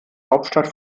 hauptstadt